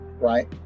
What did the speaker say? right